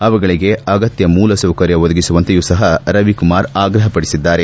ಅವುಗಳಿಗೆ ಅಗತ್ಯ ಮೂಲಸೌಕರ್ಯ ಒದಗಿಸುವಂತೆಯೂ ಸಪ ರವಿಕುಮಾರ್ ಆಗ್ರಹ ಪಡಿಸಿದ್ದಾರೆ